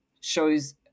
shows